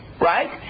right